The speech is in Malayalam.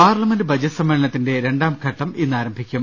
പാർലമെന്റ് ബജറ്റ് സമ്മേളനത്തിന്റെ രണ്ടാം ഘട്ടം ഇന്നാരംഭിക്കും